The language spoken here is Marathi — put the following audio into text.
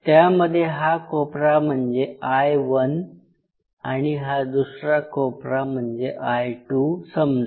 त्यामध्ये हा कोपरा म्हणजे I1 आणि हा दूसरा कोपरा म्हणजे I2 समजू